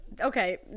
Okay